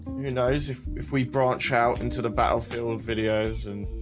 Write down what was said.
who knows if if we branch out into the battlefield videos and